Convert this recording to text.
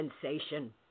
sensation